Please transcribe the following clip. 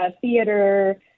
theater